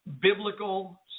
biblical